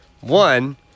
One